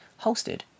hosted